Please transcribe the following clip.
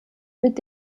mit